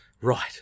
right